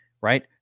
Right